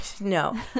No